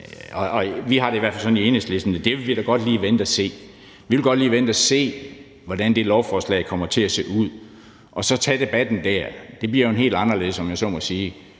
har vi det i hvert fald sådan i Enhedslisten, at det vil vi da godt lige vente og se. Vi vil godt lige vente og se, hvordan det lovforslag kommer til at se ud, og så tage debatten der. Det bliver jo en helt anderledes, om jeg så må sige,